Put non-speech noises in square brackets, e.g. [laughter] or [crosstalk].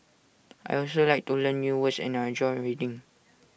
[noise] I also like to learn new words and I enjoy reading